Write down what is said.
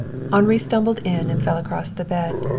henri stumbled in and fell across the bed.